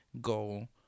goal